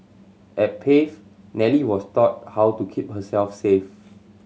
at Pave Nellie was taught how to keep herself safe